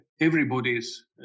everybody's